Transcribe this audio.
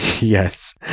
Yes